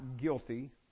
guilty